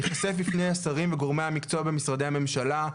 ייחשף בפני השרים וגורמי המקצוע במשרדי הממשלה,